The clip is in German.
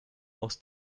aus